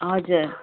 हजुर